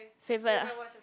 favorite ah